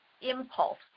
impulse